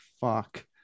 fuck